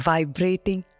Vibrating